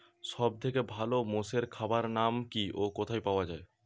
সব থেকে ভালো মোষের খাবার নাম কি ও কোথায় পাওয়া যায়?